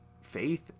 faith